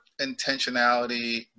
intentionality